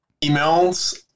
emails